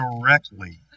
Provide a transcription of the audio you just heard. directly